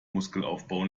muskelaufbau